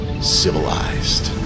Civilized